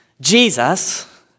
Jesus